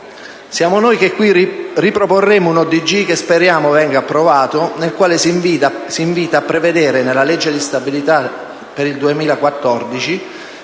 Siamo noi che qui riproporremo un ordine del giorno, che speriamo venga approvato, nel quale si invita a prevedere nella legge di stabilità per il 2014